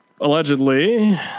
allegedly